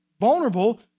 vulnerable